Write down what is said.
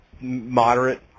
moderate